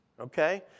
Okay